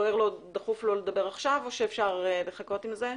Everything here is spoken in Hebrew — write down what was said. דחוף לו לדבר עכשיו או שאפשר לחכות עם זה?